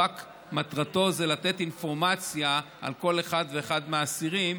ומטרתו היא רק לתת אינפורמציה על כל אחד ואחד מהאסירים,